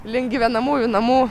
link gyvenamųjų namų